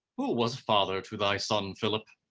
who was father to thy son philip?